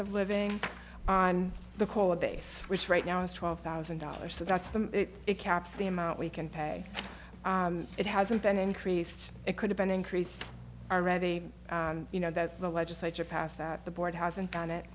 of living on the cola base which right now is twelve thousand dollars so that's the caps the amount we can pay it hasn't been increased it could've been increased already you know that the legislature passed that the board hasn't done it